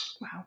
Wow